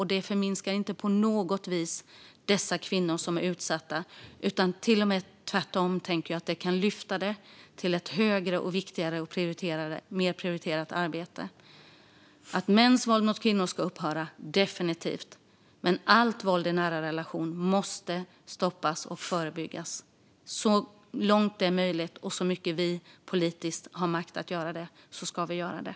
Det förminskar inte på något vis de kvinnor som är utsatta, tvärtom. Jag tror att det till och med kan lyftas upp till ett högre, viktigare och mer prioriterat arbete. Mäns våld mot kvinnor ska upphöra, definitivt, men allt våld i nära relation måste stoppas och förebyggas. Så långt det är möjligt och så mycket vi politiskt har makt att göra detta ska vi göra det.